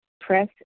press